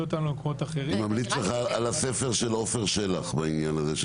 אני ממליץ לך על הספר של עפר שלח בעניין הזה.